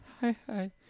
Hi-Hi